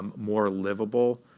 more livable.